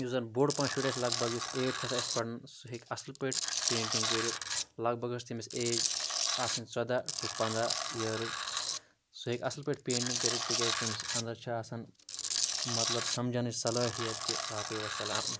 یُس زَن بوٚڈ پَہَن شُرۍ اَسہِ لگ بگ یُس ایٹتھَس آسہِ پَران سُہ ہیٚکہِ اَصٕل پٲٹھۍ پینٹِنٛگ کٔرِتھ لگ بگ گٔژھ تٔمِس ایج آسٕنۍ ژۄداہ ٹُہ پَنٛداہ یِیٲرٕز سُہ ہیٚکہِ اَصٕل پٲٹھۍ پینٹِنٛگ کٔرِتھ تِکیٛازِ تٔمِس اَندَر چھِ آسَن مطلب سَمجَنٕچ صلٲحیت تہِ باقٕے وَسلام